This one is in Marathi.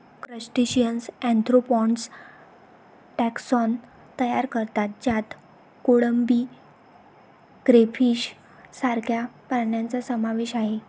क्रस्टेशियन्स आर्थ्रोपॉड टॅक्सॉन तयार करतात ज्यात कोळंबी, क्रेफिश सारख्या प्राण्यांचा समावेश आहे